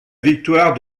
victoire